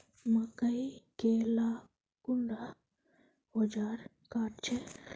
मकई के ला कुंडा ओजार काट छै?